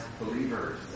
believers